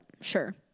Sure